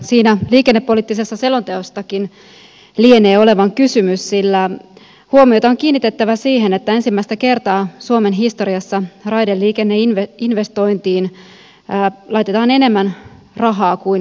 siitä liikennepoliittisessa selonteossakin lienee kysymys sillä huomiota on kiinnitettävä siihen että ensimmäistä kertaa suomen historiassa raideliikenneinvestointeihin laitetaan enemmän rahaa kuin tieliikenteeseen